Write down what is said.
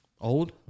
old